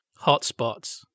hotspots